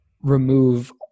remove